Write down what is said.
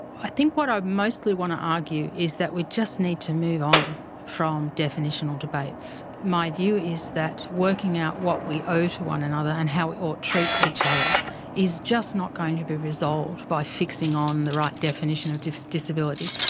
i think what i mostly want to argue is that we just need to move on from definitional debates. my view is that working out what we owe to one another and how we ought treat each other is just not going to be resolved by fixing on the right definition of disability.